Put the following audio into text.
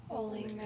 Holy